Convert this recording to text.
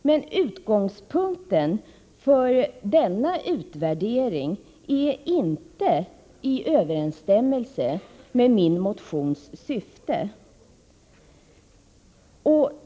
Men utgångspunkten för denna utvärdering är inte i överensstämmelse med min motions syfte.